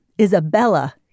Isabella